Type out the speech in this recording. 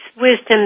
wisdom